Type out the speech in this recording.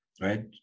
right